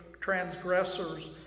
transgressors